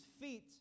feet